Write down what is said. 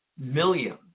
million